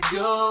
go